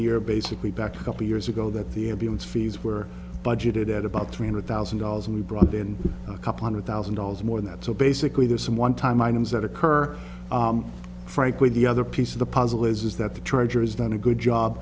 year basically back a couple years ago that the ambulance fees were budgeted at about three hundred thousand dollars and we brought in a couple hundred thousand dollars more than that so basically there's some one time items that occur frankly the other piece of the puzzle is that the treasurer has done a good job